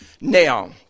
Now